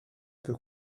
peut